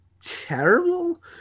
terrible